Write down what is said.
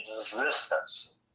existence